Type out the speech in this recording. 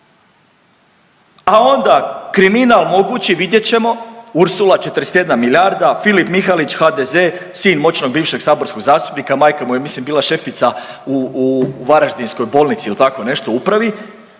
A onda kriminal mogući, vidjet ćemo. Ursula 41 milijarda, Filip Mihalić HDZ, sin moćnog bivšeg saborskog zastupnika, majka mu je mislim bila šefica u, u Varaždinskoj bolnici ili tako nešto, u upravi,